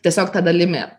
tiesiog ta dalimi